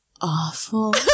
awful